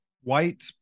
white